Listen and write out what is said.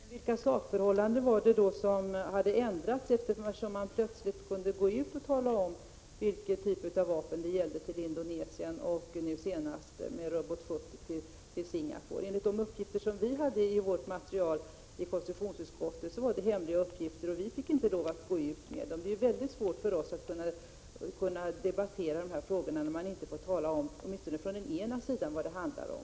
Fru talman! Men vilka sakförhållanden var det då som hade förändrats, eftersom man plötsligt kunde gå ut och tala om vilken typ av vapen det gällde till Indonesien — och nu senast Robot 70 till Singapore? Enligt den information som vi hade i vårt material i konstitutionsutskottet var uppgifterna hemliga, och vi fick inte lov att gå ut med dem. Det är ju mycket svårt för oss att kunna debattera dessa frågor när man inte får tala om — åtminstone från den ena sidan — vad det handlar om.